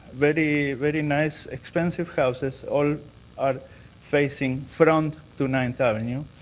very very nice expensive houses, all are facing front to ninth avenue.